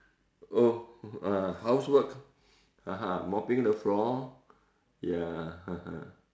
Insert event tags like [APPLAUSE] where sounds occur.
oh uh housework (uh huh) mopping the floor ya [LAUGHS]